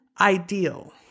ideal